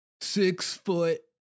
six-foot